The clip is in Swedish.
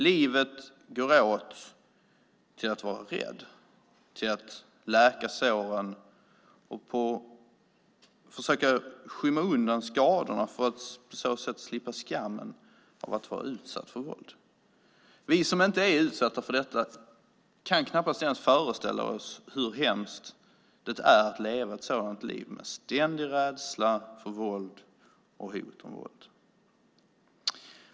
Livet går åt till att vara rädd, till att läka såren och till att försöka skymma undan skadorna för att på så sätt slippa skammen att vara utsatt för våld. Vi som inte är utsatta för detta kan knappast ens föreställa oss hur hemskt det är att leva ett liv med ständig rädsla för våld och hot om våld.